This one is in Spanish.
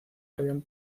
habían